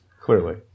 clearly